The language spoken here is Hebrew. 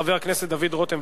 חבר הכנסת דוד רותם.